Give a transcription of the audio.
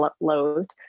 loathed